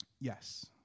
Yes